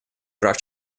прав